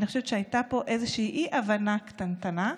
אני חושבת שהייתה פה איזושהי אי-הבנה קטנטנה,